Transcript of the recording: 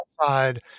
outside